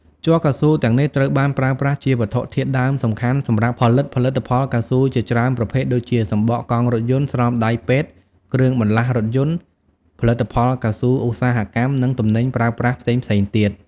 ជ័រកៅស៊ូទាំងនេះត្រូវបានប្រើប្រាស់ជាវត្ថុធាតុដើមសំខាន់សម្រាប់ផលិតផលិតផលកៅស៊ូជាច្រើនប្រភេទដូចជា សំបកកង់រថយន្ត ស្រោមដៃពេទ្យ គ្រឿងបន្លាស់រថយន្ត ផលិតផលកៅស៊ូឧស្សាហកម្ម និងទំនិញប្រើប្រាស់ផ្សេងៗទៀត។